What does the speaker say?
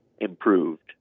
improved